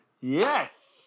yes